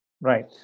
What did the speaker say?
Right